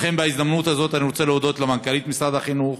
לכן בהזדמנות הזאת אני רוצה להודות למנכ"לית משרד החינוך